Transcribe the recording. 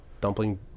Dumpling